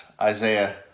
Isaiah